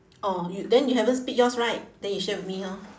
orh y~ then you haven't speak yours right then you share with me orh